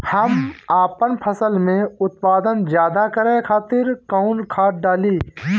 हम आपन फसल में उत्पादन ज्यदा करे खातिर कौन खाद डाली?